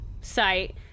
site